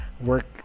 work